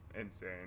insane